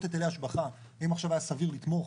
היטלי השבחה ואם עכשיו היה סביר לתמוך?